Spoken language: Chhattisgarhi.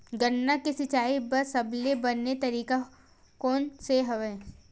गन्ना के सिंचाई बर सबले बने तरीका कोन से हवय?